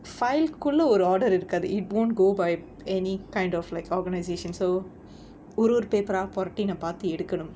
file குள்ள ஒரு:kulla oru order இருக்காது:irukkaathu it won't go by any kind of like organisation so ஒரு ஒரு:oru oru paper ah பொறட்டி நான் பாத்து எடுக்கணும்:poratti naan paathu edukkanum